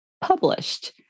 published